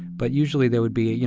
but usually there would be, you